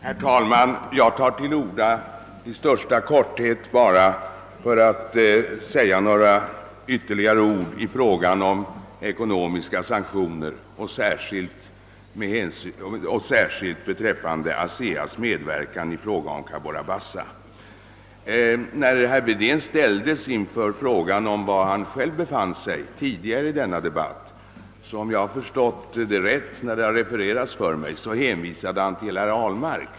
Herr talman! Jag tar till orda bara för att i största korthet säga några ytterligare ord i frågan om ekonomiska sanktioner särskilt beträfande ASEA: s medverkan i Cabora Bassa. När herr Wedén tidigare i denna debatt ställdes inför frågan var han själv befann sig i detta avseende hänvisade han, enligt vad som har refererats för mig, till herr Ahlmark.